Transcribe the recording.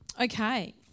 Okay